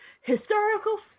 historical